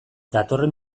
datorren